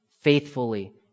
faithfully